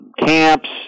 camps